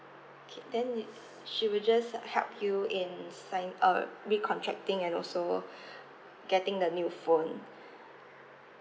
okay then she will just help you in sign uh re-contracting and also getting the new phone